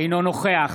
אינו נוכח